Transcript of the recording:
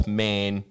man